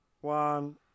One